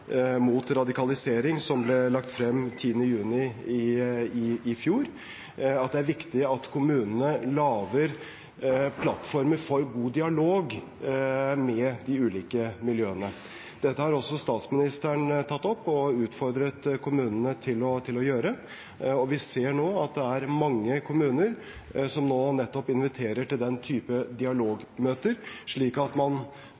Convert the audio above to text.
mot radikalisering, som ble lagt frem 10. juni i fjor, at det er viktig at kommunene lager plattformer for god dialog med de ulike miljøene. Dette har også statsministeren tatt opp og utfordret kommunene til å gjøre. Og vi ser nå at det er mange kommuner som inviterer til nettopp den type dialogmøter, slik at man